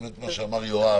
כמו שאמר יואב,